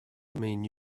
mean